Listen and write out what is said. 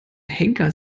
henker